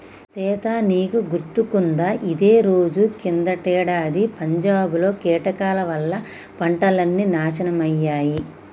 సీత నీకు గుర్తుకుందా ఇదే రోజు కిందటేడాది పంజాబ్ లో కీటకాల వల్ల పంటలన్నీ నాశనమయ్యాయి